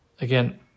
again